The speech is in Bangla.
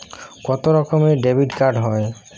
কত রকমের ডেবিটকার্ড হয়?